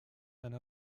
einer